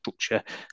structure